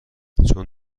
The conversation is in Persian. چون